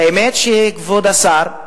האמת, כבוד השר,